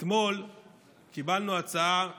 אתמול קיבלנו הצעה נוספת,